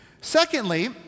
Secondly